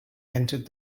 entered